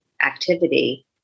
activity